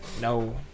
No